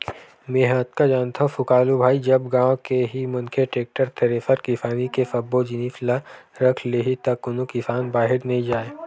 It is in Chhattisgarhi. मेंहा अतका जानथव सुकालू भाई जब गाँव के ही मनखे टेक्टर, थेरेसर किसानी के सब्बो जिनिस ल रख लिही त कोनो किसान बाहिर नइ जाय